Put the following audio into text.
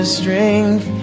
strength